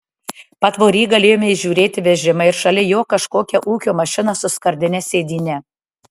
patvory galėjome įžiūrėti vežimą ir šalia jo kažkokią ūkio mašiną su skardine sėdyne